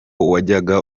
wajyaga